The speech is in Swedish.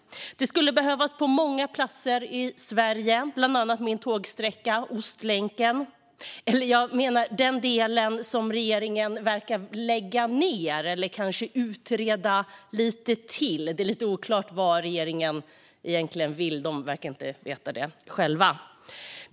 Det skulle behövas på många platser i Sverige, bland annat min tågsträcka Ostlänken - den del som regeringen verkar vilja lägga ned eller kanske utreda lite till. Det är lite oklart vad regeringen egentligen vill; den verkar inte veta det själv.